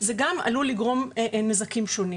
זה גם עלול לגרום לנזקים שונים.